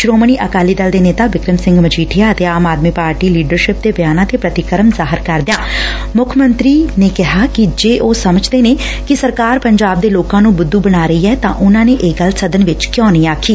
ਸ੍ਰੋਮਣੀ ਅਕਾਲੀ ਦਲ ਦੇ ਨੇਤਾ ਬਿਕਰਮ ਸਿੰਘ ਮਜੀਠੀਆ ਅਤੇ ਆਮ ਆਦਮੀ ਪਾਰਟੀ ਲੀਡਰਸ਼ਿਪ ਦੇ ਬਿਆਨਾਂ ਤੇ ਪ੍ਰਤੀਕਰਮ ਜ਼ਾਹਿਰ ਕਰਦਿਆਂ ਮੁੱਖ ਮੰਤਰੀ ਨੇ ਕਿਹਾ ਕਿ ਜੇ ਉਹ ਸਮਝਦੇ ਨੇ ਕਿ ਸਰਕਾਰ ਪੰਜਾਬ ਦੇ ਲੋਕਾਂ ਨੂੰ ਬੁੱਧੁ ਬਣਾ ਰਹੀ ਐ ਤਾਂ ਉਨਾਂ ਨੇ ਇਹ ਗੱਲ ਸਦਨ ਚ ਕਿਉਂ ਨਹੀਂ ਆਖੀ